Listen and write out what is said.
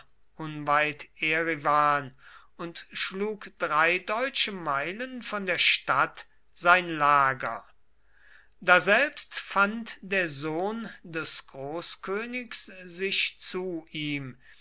und schlug drei deutsche meilen von der stadt sein lager daselbst fand der sohn des großkönigs sich zu ihm